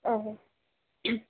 okay